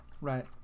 Right